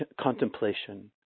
contemplation